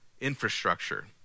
infrastructure